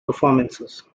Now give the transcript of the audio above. performances